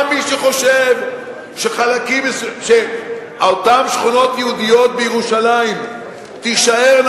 גם מי שחושב שאותן שכונות יהודיות בירושלים תישארנה,